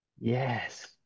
Yes